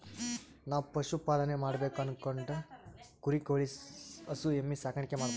ನಾವ್ ಪಶುಪಾಲನೆ ಮಾಡ್ಬೇಕು ಅನ್ಕೊಂಡ್ರ ಕುರಿ ಕೋಳಿ ಹಸು ಎಮ್ಮಿ ಸಾಕಾಣಿಕೆ ಮಾಡಬಹುದ್